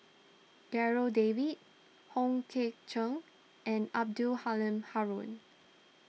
Darryl David Hong Ke Chern and Abdul Halim Haron